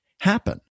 happen